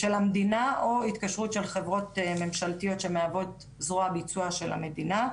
חברות ממשלתיות, זרוע הביצוע של המדינה.